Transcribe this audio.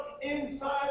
inside